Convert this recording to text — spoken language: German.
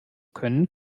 können